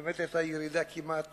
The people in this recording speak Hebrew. באמת היתה ירידה כמעט